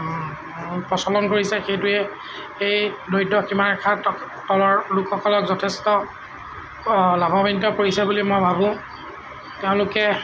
প্ৰচলন কৰিছে সেইটোৱে এই দৰিদ্ৰ সীমা ৰেখাৰ ত তলৰ লোকসকলক যথেষ্ট লাভাৱান্বিত কৰিছে বুলি মই ভাবোঁ তেওঁলোকে